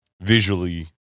visually